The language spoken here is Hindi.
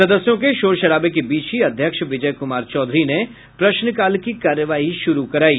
सदस्यों के शोर शराबे के बीच ही अध्यक्ष विजय कुमार चौधरी ने प्रश्नकाल की कार्यवाही शुरू करायी